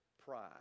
pride